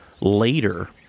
later